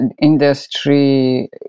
industry